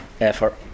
effort